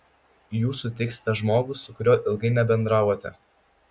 jūs sutiksite žmogų su kuriuo ilgai nebendravote